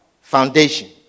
foundation